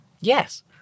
Yes